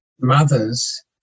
mothers